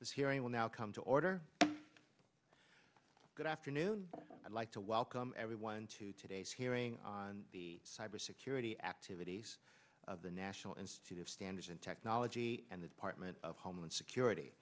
will now come to order good afternoon i'd like to welcome everyone to today's hearing on the cyber security activities of the national institute of standards and technology and the department of homeland security